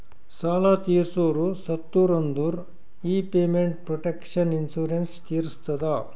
ಸಾಲಾ ತೀರ್ಸೋರು ಸತ್ತುರ್ ಅಂದುರ್ ಈ ಪೇಮೆಂಟ್ ಪ್ರೊಟೆಕ್ಷನ್ ಇನ್ಸೂರೆನ್ಸ್ ತೀರಸ್ತದ